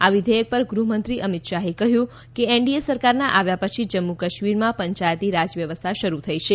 આ વિધેયક પર ગૃહમંત્રી અમિત શાહે કહ્યું કે એનડીએ સરકારના આવ્યા પછી જમ્મુ કાશ્મીરમાં પંચાયતી રાજ વ્યવસ્થા શરૂ થઇ છે